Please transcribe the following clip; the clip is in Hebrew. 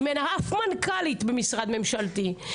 אם אין אף מנכ"לית במשרד ממשלתי,